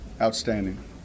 Outstanding